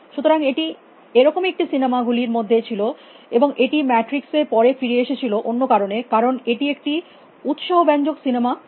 সুতরাং এটি এরকমই একটি সিনেমা গুলির মধ্যে ছিল এবং এটি ম্যাট্রিক্স এ পরে ফিরে এসেছিল অন্য কারণে সুতরাং এটি একটি উত্সাহ ব্যঞ্জক সিনেমা